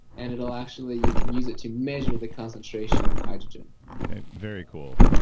and it will actually, you can use it to measure the concentration of hydrogen very cool.